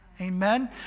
Amen